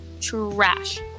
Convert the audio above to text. Trash